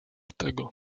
tego